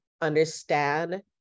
understand